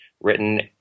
written –